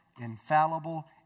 infallible